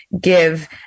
give